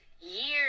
years